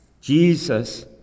Jesus